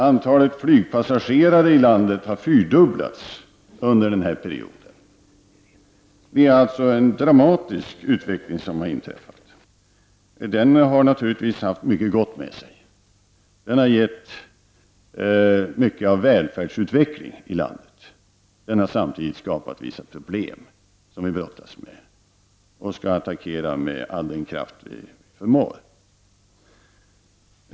Antalet flygpassagerare i landet har fyrdubblats under denna period. Vi har alltså en dramatisk utveckling. Den har naturligtvis haft mycket gott med sig. Den har gett mycket av välfärdsutveckling i landet. Men den har samtidigt skapat vissa problem som vi brottas med och skall attackera med all den kraft vi förmår.